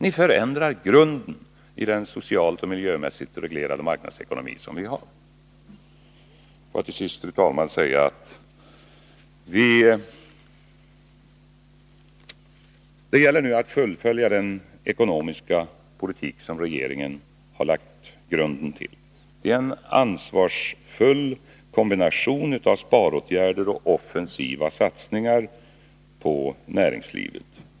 Ni förändrar grunden för vår socialt och miljömässigt reglerade marknadsekonomi. Får jag till sist, fru talman, säga att det nu gäller att fullfölja den ekonomiska politik som regeringen har lagt grunden till. Det är en ansvarsfull kombination av sparåtgärder och offensiva satsningar på näringslivet.